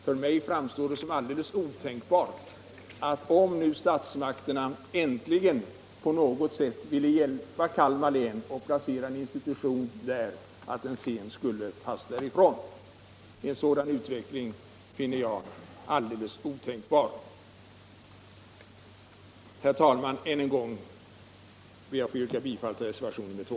För mig framstår det som alldeles klart att om nu statsmakterna äntligen på något sätt ville hjälpa Kalmar län och placera en institution där, borde det vara otänkbart att den sedan skulle flyttas därifrån. Herr talman! Än en gång ber jag att få yrka bifall till reservationen 2.